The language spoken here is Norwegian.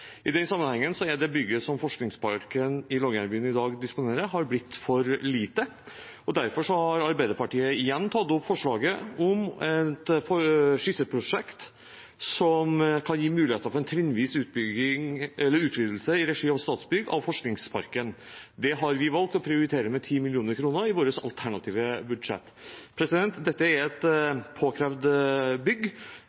I den sammenheng har bygget som Forskningsparken i Longyearbyen i dag disponerer, blitt for lite. Derfor har Arbeiderpartiet igjen tatt opp forslaget om et skisseprosjekt som kan gi mulighet for en trinnvis utvidelse av Forskningsparken i regi av Statsbygg. Det har vi valgt å prioritere med 10 mill. kr i vårt alternative budsjett. Dette er et